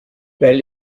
weil